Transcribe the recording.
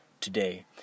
today